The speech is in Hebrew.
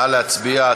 נא להצביע.